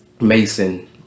Mason